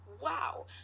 wow